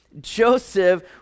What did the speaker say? Joseph